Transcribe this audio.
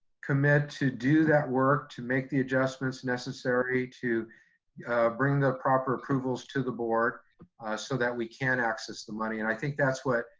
commit to do that work to make the adjustments necessary to yeah bring the proper approvals to the board so that we can access the money. and i think that's what